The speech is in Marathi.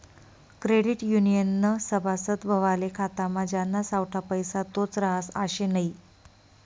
क्रेडिट युनियननं सभासद व्हवाले खातामा ज्याना सावठा पैसा तोच रहास आशे नै